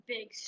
Big